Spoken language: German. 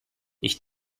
ich